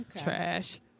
Trash